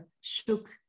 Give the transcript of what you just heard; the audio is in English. shook